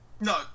No